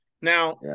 now